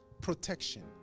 Protection